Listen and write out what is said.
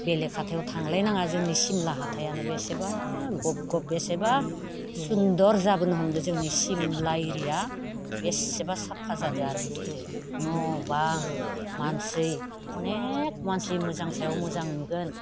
बेलेग हाथायाव थांलाय नाङा जोंनि सिमला हाथायानो बेसेबा गब गब बेसेबा सुन्दर जाबोनो हमदों जोंनि सिमला एरिया बेसेबां साफा जादों आंरो मुथथे न' बां मानसि अनेक मानसि मोजां सायाव मोजां नुगोन